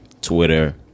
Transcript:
Twitter